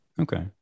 Okay